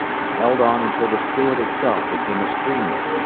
and held on until the stewart itself became a streamlet,